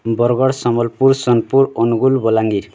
Bargarh Sambalpur Sonepur Angul Balangir